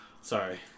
Sorry